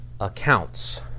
accounts